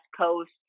Coast